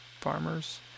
farmers